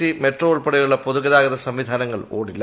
C metro ഉൾപ്പെട്ടെയുള്ള പൊതുഗതാഗത സംവിധാനങ്ങൾ ഓടില്ല